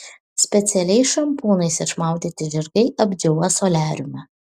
specialiais šampūnais išmaudyti žirgai apdžiūva soliariume